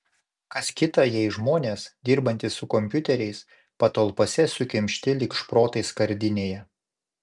kas kita jei žmonės dirbantys su kompiuteriais patalpose sukimšti lyg šprotai skardinėje